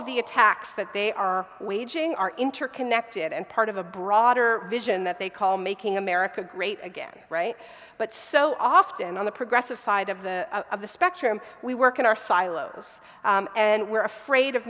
of the attacks that they are waging are interconnected and part of a broader vision that they call making america great again but so often on the progressive side of the of the spectrum we work in our silos and we're afraid of